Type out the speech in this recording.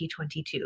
2022